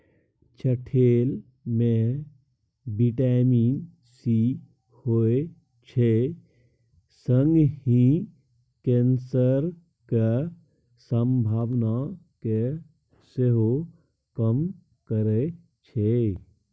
चठेल मे vitamin C होइ छै संगहि कैंसरक संभावना केँ सेहो कम करय छै